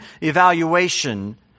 evaluation